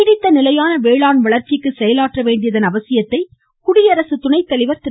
நீடித்த நிலையான வேளாண் வளர்ச்சிக்கு செயலாற்ற வேண்டியதன் அவசியத்தை குடியரசுத் துணைதலைவர் திரு